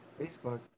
Facebook